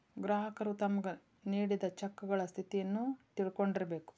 ಗ್ರಾಹಕರು ತಮ್ಗ್ ನೇಡಿದ್ ಚೆಕಗಳ ಸ್ಥಿತಿಯನ್ನು ತಿಳಕೊಂಡಿರ್ಬೇಕು